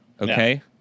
okay